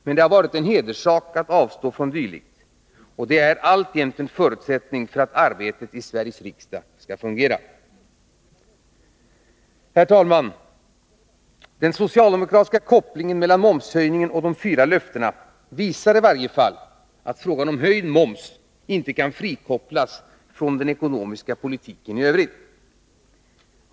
Men det har varit en hederssak att avstå från dylikt. Och det är alltjämt en förutsättning för att arbetet i Sveriges riksdag skall fungera. Herr talman! Den socialdemokratiska kopplingen mellan momshöjningen och de fyra löftena visar i varje fall att frågan om höjd moms inte kan frikopplas från den ekonomiska politiken i övrigt.